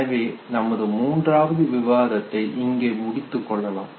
எனவே நமது மூன்றாவது விவாதத்தை இங்கே முடித்துக் கொள்ளலாம்